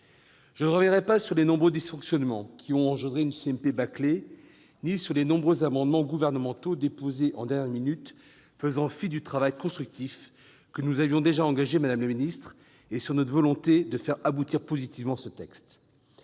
Je ne reviendrai pas sur les nombreux dysfonctionnements ayant conduit à une CMP bâclée ni sur les nombreux amendements gouvernementaux déposés à la dernière minute, faisant fi du travail constructif que nous avions déjà engagé avec vous, madame la ministre, ni sur notre volonté de faire aboutir positivement le présent